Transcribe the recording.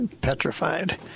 petrified